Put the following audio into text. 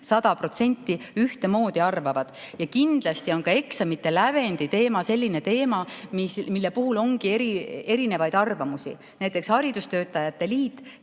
ühtemoodi arvavad. Kindlasti on ka eksamite lävendi teema selline, mille puhul ongi erinevaid arvamusi. Näiteks haridustöötajate liit